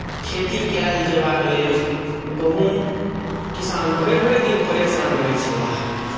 खेती कयल जयबाक लेल गहूँम किसान भरि भरि दिन परेशान रहैत छलाह